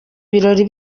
birori